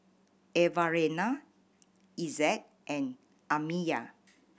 Evalena Essex and Amiya